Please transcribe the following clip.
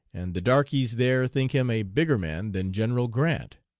and the darkies there think him a bigger man that general grant.